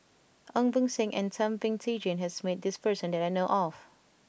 Ong Beng Seng and Thum Ping Tjin has met this person that I know of